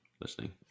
listening